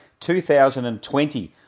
2020